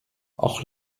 auch